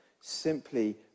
simply